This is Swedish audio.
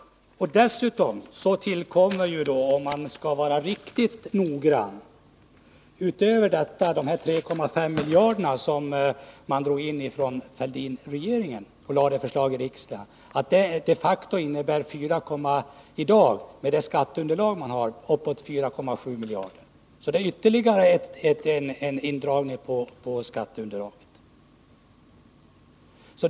Dessutom tillkommer, om man skall vara riktigt noggrann, 4,7 miljarder i stället för de 3,5 miljarder som Fälldinregeringen drog in, beroende på att skatteunderlaget ökat mera än beräknat. Det är ytterligare en indragning på skatteunderlaget.